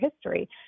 history